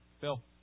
Phil